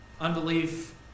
Unbelief